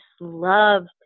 loved